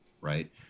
right